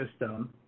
system